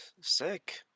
sick